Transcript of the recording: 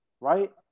Right